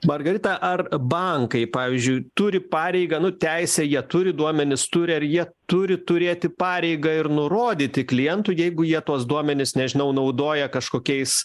margarita ar bankai pavyzdžiui turi pareigą nu teisę jie turi duomenis turi ar jie turi turėti pareigą ir nurodyti klientui jeigu jie tuos duomenis nežinau naudoja kažkokiais